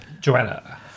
Joanna